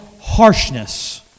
harshness